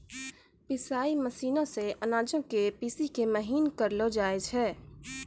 पिसाई मशीनो से अनाजो के पीसि के महीन करलो जाय छै